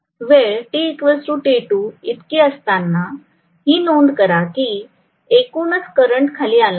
वेळ t t2 इतकी असताना ही नोंद करा की एकूणच करंट खाली आला आहे